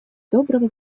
доброго